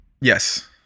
Yes